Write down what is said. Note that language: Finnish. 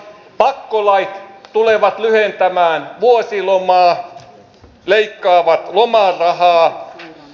pakkolait tulevat lyhentämään vuosilomaa leikkaavat lomarahaa